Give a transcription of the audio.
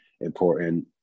important